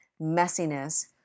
messiness